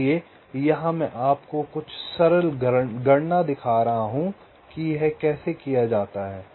इसलिए यहां मैं आपको कुछ सरल गणना दिखा रहा हूं कि यह कैसे किया जाता है